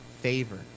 favor